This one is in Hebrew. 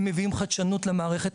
הם מביאים חדשנות למערכת,